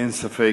אין ספק,